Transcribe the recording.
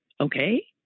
Okay